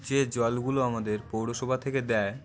যে জলগুলো আমাদের পৌরসভা থেকে দেয়